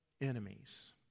enemies